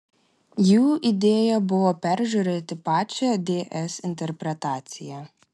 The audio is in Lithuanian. jų idėja buvo peržiūrėti pačią ds interpretaciją